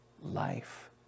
life